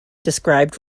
described